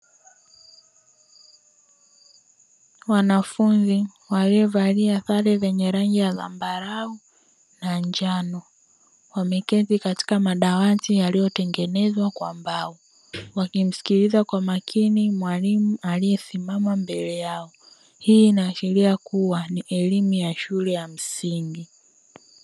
Wanafunzi waliovalia sare zenye rangi za zambarau na njano, wameketi katika madawati yaliyotengenezwa kwa mbao. Wakimsikiliza kwa makini mwalimu aliyesimama mbele yao, hii inaashiria kuwa ni elimu ya shule ya msingi.